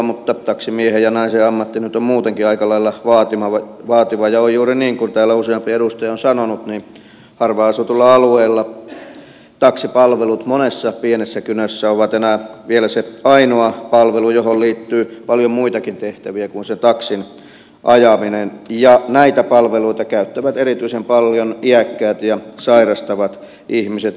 taksimiehen ja naisen ammatti nyt on muutenkin aika lailla vaativa ja on juuri niin kuin täällä useampi edustaja on sanonut että harvaan asutuilla alueilla taksipalvelut monessa pienessä kylässä ovat enää se ainoa palvelu ja siihen liittyy paljon muitakin tehtäviä kuin sen taksin ajaminen ja näitä palveluita käyttävät erityisen paljon iäkkäät ja sairastavat ihmiset